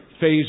phase